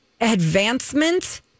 advancement